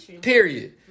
Period